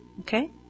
Okay